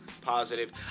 positive